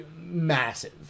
massive